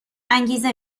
انگیزه